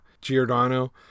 Giordano